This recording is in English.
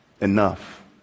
enough